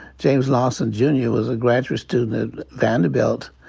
james lawson jr. was a graduate student at vanderbilt.